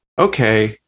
okay